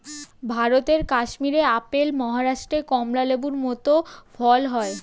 ভারতের কাশ্মীরে আপেল, মহারাষ্ট্রে কমলা লেবুর মত ফল হয়